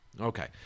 Okay